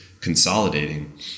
consolidating